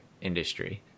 industry